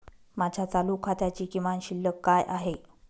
माझ्या चालू खात्याची किमान शिल्लक काय आहे?